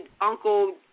Uncle